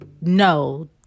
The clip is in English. no